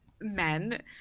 men